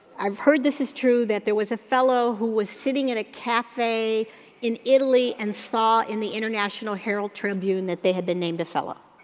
i've heard this is true that there was a fellow who was sitting in a cafe in italy and saw in the international herald tribune that they had been named a fellow.